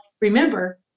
remember